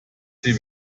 sie